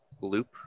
loop